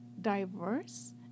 diverse